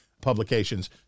publications